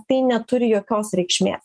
tai neturi jokios reikšmės